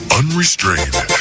unrestrained